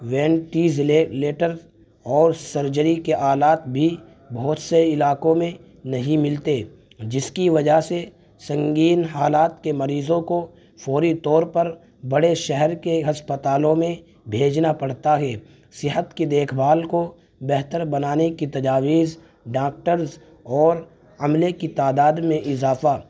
ویٹیزلےلیٹر اور سرجری کے آلات بھی بہت سے علاقوں میں نہیں ملتے جس کی وجہ سے سنگین حالات کے مریضوں کو فوری طور پر بڑے شہر کے ہسپتالوں میں بھیجنا پڑتا ہے صحت کی دیکھ بھال کو بہتر بنانے کی تجاویز ڈاکٹرز اور عملے کی تعداد میں اضافہ